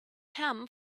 ham